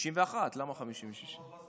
61. למה 56?